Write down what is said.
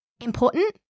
important